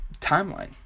timeline